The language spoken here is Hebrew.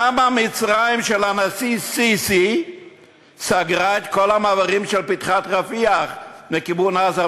למה מצרים של הנשיא סיסי סגרה את כל המעברים של פתחת-רפיח לכיוון עזה,